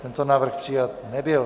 Tento návrh přijat nebyl.